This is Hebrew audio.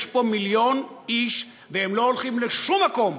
יש פה מיליון איש והם לא הולכים לשום מקום,